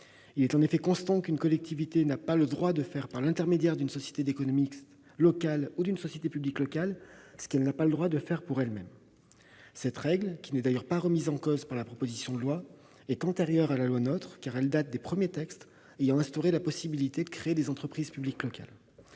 constant sur ce point : une collectivité n'a pas le droit de faire, par l'intermédiaire d'une société d'économie mixte locale ou d'une société publique locale, ce qu'elle n'a pas le droit de faire par elle-même. Cette règle, qui n'est d'ailleurs pas remise en cause par la proposition de loi, est du reste antérieure à la loi NOTRe, car elle date des premiers textes ayant instauré la possibilité de créer des entreprises publiques locales.